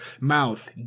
mouth